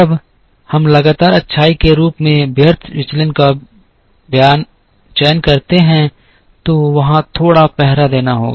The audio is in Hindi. जब हम लगातार अच्छाई के उपाय के रूप में व्यर्थ विचलन का चयन करते हैं तो वहां थोड़ा पहरा देना होगा